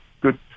good